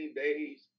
days